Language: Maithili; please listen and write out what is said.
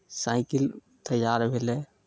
साइकिल तैयार भेलै